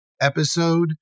episode